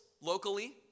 locally